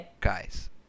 guys